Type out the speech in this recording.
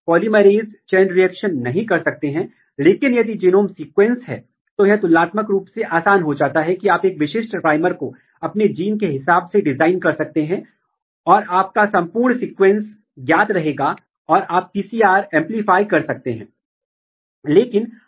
protein protein interaction का अध्ययन करने के कई तरीके हैं उनमें से कुछ को यहां हाइलाइट किया गया है यह Yeast 2 हाइब्रिड है यह एफिनिटी पुरीफिकेशन आधारित मास स्पेक्ट्रोस्कोपी है और यह बायमॉलिक्यूलर फ्लोरेसेंस कंप्लीमेंटेशन है